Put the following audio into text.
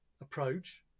approach